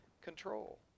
control